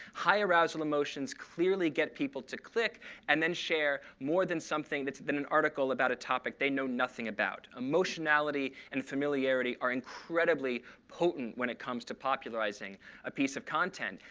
high arousal emotions clearly get people to click and then share more than something that's an article about a topic they know nothing about. emotionality and familiarity are incredibly potent when it comes to popularizing a piece of content.